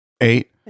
eight